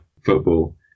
football